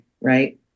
Right